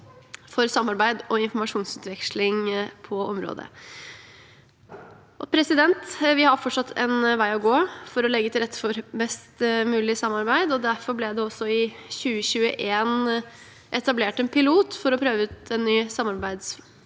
for samarbeid og informasjonsutveksling på området. Vi har fortsatt en vei å gå for å legge til rette for best mulig samarbeid, og derfor ble det i 2021 etablert en pilot for å prøve ut en ny arbeidsform